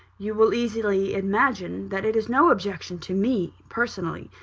you will easily imagine that it is no objection to me, personally.